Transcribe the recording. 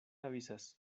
avisas